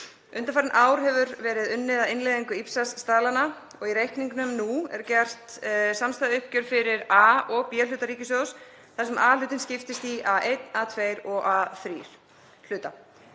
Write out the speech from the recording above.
Undanfarin ár hefur verið unnið að innleiðingu IPSAS-staðlanna og í reikningnum nú er gert samstæðuuppgjör fyrir A- og B-hluta ríkissjóðs þar sem A-hluti skiptist í A1-, A2- og